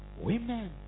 women